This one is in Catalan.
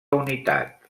unitat